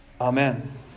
Amen